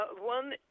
one